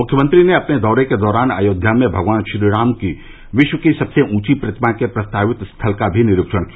मुख्यमंत्री ने अपने दौरे के दौरान अयोध्या में भगवान श्रीराम की विश्व की सबसे ऊँची प्रतिमा के प्रस्तावित स्थल का भी निरीक्षण किया